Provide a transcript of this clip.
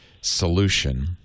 solution